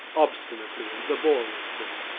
obstinately and laboriously.